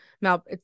mal